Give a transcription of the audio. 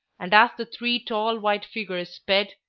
and as the three tall white figures sped,